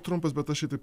trumpas bet aš į jį taip